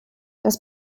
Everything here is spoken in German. das